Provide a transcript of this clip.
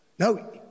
No